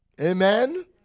amen